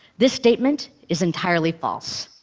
this statement is entirely false.